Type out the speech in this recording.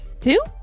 Two